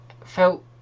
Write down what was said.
felt